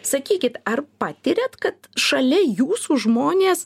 sakykit ar patiriat kad šalia jūsų žmonės